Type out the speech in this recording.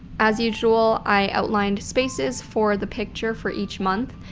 as usual, i outlined spaces for the picture for each month.